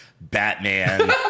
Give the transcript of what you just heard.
Batman